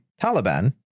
Taliban